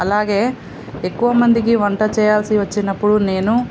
అలాగే ఎక్కువ మందికి వంట చేయాల్సి వచ్చినప్పుడు నేను